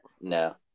No